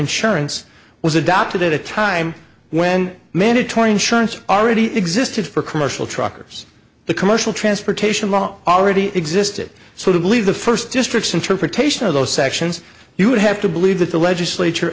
insurance was adopted at a time when mandatory insurance already existed for commercial truckers the commercial transportation law already existed so they believe the first district's interpretation of those sections you would have to believe that the legislature